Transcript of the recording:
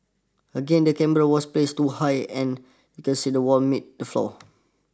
again the camera was placed too high and can see the wall meets the floor